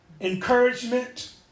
encouragement